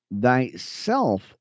thyself